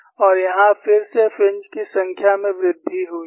और यहां फिर से फ्रिंज की संख्या में वृद्धि हुई है